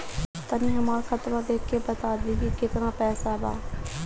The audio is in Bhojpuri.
तनी हमर खतबा देख के बता दी की केतना पैसा बा?